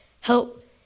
help